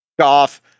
Off